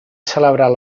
celebrar